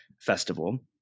festival